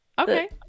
Okay